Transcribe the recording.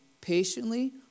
patiently